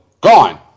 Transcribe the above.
gone